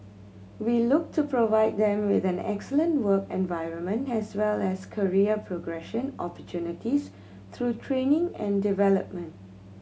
we look to provide them with an excellent work environment as well as career progression opportunities through training and development